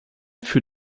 für